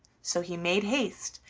so he made haste,